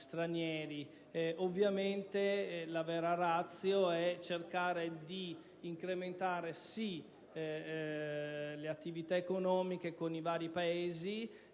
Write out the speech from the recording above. Ovviamente la vera *ratio* è cercare di incrementare, sì, le attività economiche con i vari Paesi,